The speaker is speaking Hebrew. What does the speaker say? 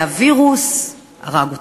והווירוס הרג אותה.